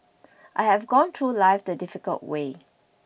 I have gone through life the difficult way